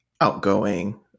outgoing